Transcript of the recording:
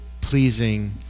pleasing